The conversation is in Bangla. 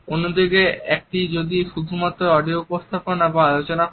অন্যদিকে এটি যদি শুধুমাত্র অডিও উপস্থাপনা বা আলোচনা হয়